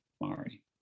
Mari